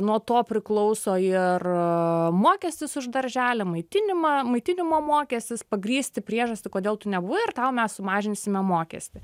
nuo to priklauso ir mokestis už darželio maitinimą maitinimo mokestis pagrįsti priežastį kodėl nebuvo ir tau mes sumažinsime mokestį